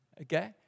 Okay